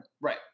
Right